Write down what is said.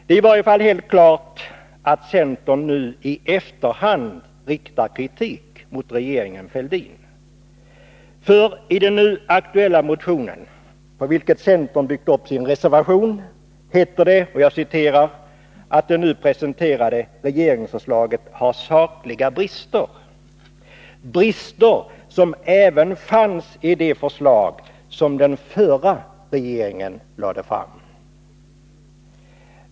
Det är i varje fall helt klart att centern nu i efterhand riktar kritik mot regeringen Fälldin, för i den nu aktuella motionen — på vilken centern byggt upp sin reservation — heter det att ”det nu presenterade regeringsförslaget har sakliga brister, brister som även fanns i det förslag som den förra regeringen lade fram”.